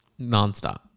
Nonstop